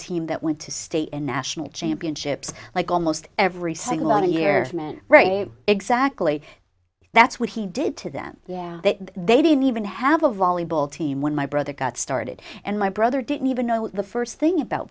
team that went to state and national championships like almost every single out of years men right exactly that's what he did to them yeah they didn't even have a volleyball team when my brother got started and my brother didn't even know the first thing about